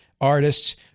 artists